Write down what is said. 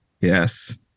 Yes